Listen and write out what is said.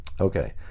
Okay